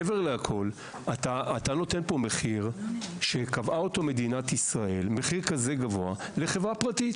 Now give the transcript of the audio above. מעבר לכול אתה נותן פה מחיר גבוה שקבעה אותו מדינת ישראל לחברה פרטית.